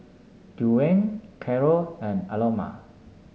Dwyane Carroll and Aloma